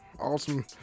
awesome